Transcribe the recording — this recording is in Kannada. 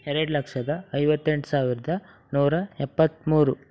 ಎರಡು ಲಕ್ಷದ ಐವತ್ತೆಂಟು ಸಾವಿರದ ನೂರ ಎಪ್ಪತ್ತ್ಮೂರು